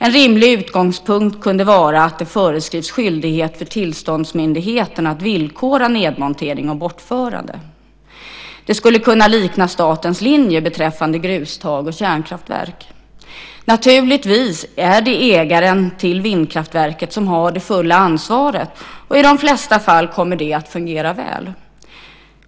En rimlig utgångspunkt kunde vara att det föreskrivs skyldighet för tillståndsmyndigheten att villkora nedmontering och bortförande. Det skulle kunna likna statens linje beträffande grustag och kärnkraftverk. Naturligtvis är det ägaren till vindkraftverket som har det fulla ansvaret, och i de flesta fall kommer det att fungera väl.